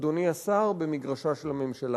אדוני השר, במגרשה של הממשלה.